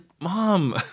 mom